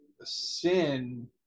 sin